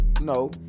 no